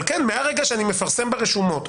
אבל מהרגע שאני מפרסם ברשומות,